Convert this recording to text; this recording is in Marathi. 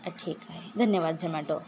हां ठीक आहे धन्यवाद झमॅटो